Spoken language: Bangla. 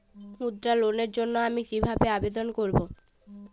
মুদ্রা লোনের জন্য আমি কিভাবে আবেদন করবো?